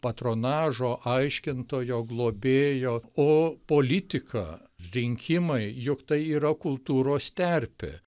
patronažo aiškintojo globėjo o politika rinkimai juk tai yra kultūros terpė